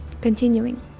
continuing